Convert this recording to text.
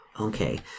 Okay